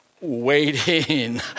waiting